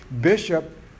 bishop